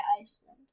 Iceland